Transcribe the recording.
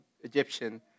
Egyptian